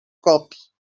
cops